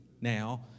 now